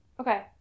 Okay